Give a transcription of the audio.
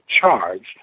charged